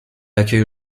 accueille